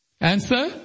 answer